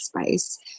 space